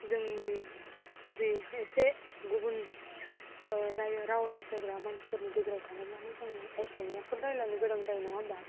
जोंनि जि एसे गुबुन रायो राव रायज्लायग्रा मानसिफोरनि गेजेराव थाङोब्लानो जों असमियाखौ रायज्लायनो गोनां जायो नङा होमब्ला